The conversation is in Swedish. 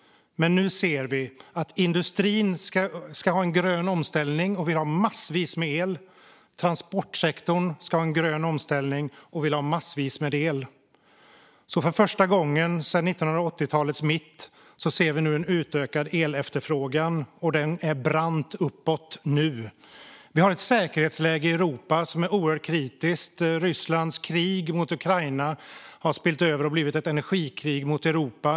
Men nu ser vi att industrin ska ha en grön omställning och vill ha massvis med el. Transportsektorn ska också ha en grön omställning och vill ha massvis med el. För första gången sedan 1980-talets mitt ser vi nu en utökad elefterfrågan, och den går brant uppåt nu. Vi har ett säkerhetsläge i Europa som är oerhört kritiskt. Rysslands krig mot Ukraina har spillt över och blivit ett energikrig mot Europa.